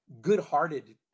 good-hearted